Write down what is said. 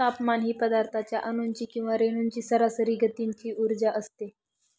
तापमान ही पदार्थाच्या अणूंची किंवा रेणूंची सरासरी गतीचा उर्जा असते